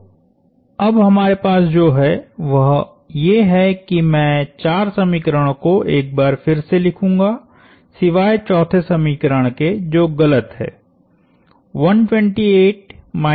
तो अब हमारे पास जो है वह ये है कि मैं चार समीकरणों को एक बार फिर से लिखूंगा सिवाय चौथे समीकरण के जो कि गलत है